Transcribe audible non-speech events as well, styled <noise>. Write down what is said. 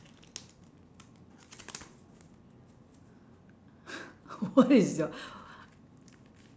<laughs> what is your